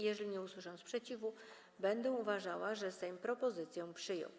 Jeżeli nie usłyszę sprzeciwu, będę uważała, że Sejm propozycję przyjął.